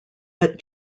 but